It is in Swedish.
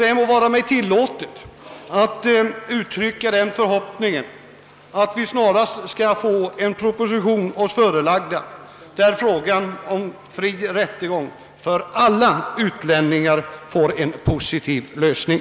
Det må vara mig tillåtet att uttrycka förhoppningen att vi snarast skall få en proposition oss förelagd där frågan om fri rättegång för alla utlänningar erhåller en positiv lösning.